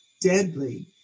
deadly